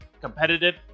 competitive